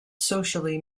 socially